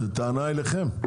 הטענה אליכם.